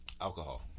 Alcohol